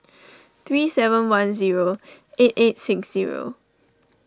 three seven one zero eight eight six zero